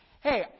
hey